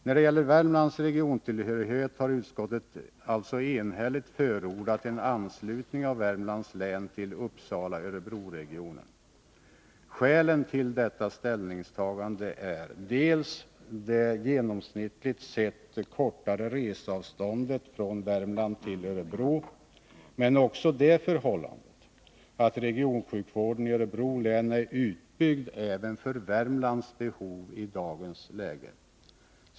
När det gäller Värmlands regiontillhörighet har utskottet enhälligt förordat en anslutning av Värmlands län till Uppsala-Örebroregionen. Skälen till detta ställningstagande är dels det genomsnittligt sett kortare reseavståndet från Värmland till Örebro, dels det förhållandet att regionsjukvården i Örebro län är utbyggd även för Värmlands behov i dagens läge.